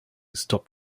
stop